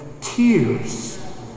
tears